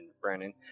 Brandon